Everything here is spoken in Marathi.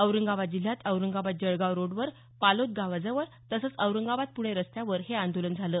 औरंगाबाद जिल्ह्यात औरंगाबाद जळगाव रोडवर पालोद गावाजवळ तसंच औरंगाबाद पुणे रस्त्यावर हे आंदोलन झालं